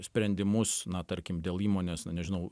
sprendimus na tarkim dėl įmonės na nežinau